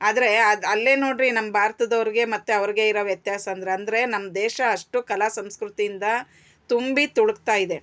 ಆದರೆ ಅದು ಅಲ್ಲೇ ನೋಡಿರಿ ನಮ್ಮ ಭಾರತದವ್ರಿಗೆ ಮತ್ತು ಅವ್ರಿಗೆ ಇರೋ ವ್ಯತ್ಯಾಸ ಅಂದರೆ ಅಂದರೆ ನಮ್ಮ ದೇಶ ಅಷ್ಟು ಕಲಾ ಸಂಸ್ಕೃತಿಯಿಂದ ತುಂಬಿ ತುಳುಕ್ತಾ ಇದೆ